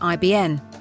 IBN